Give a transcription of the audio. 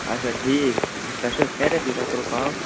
اچھا ٹھیٖک تۄہہِ چھٕو حظ خریاتٕے تۄہہِ کٔریو کال